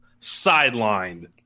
sidelined